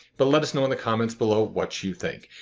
but let us know in the comments below what you think.